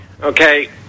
Okay